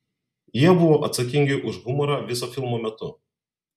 jie buvo atsakingi už humorą viso filmo metu